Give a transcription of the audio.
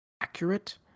accurate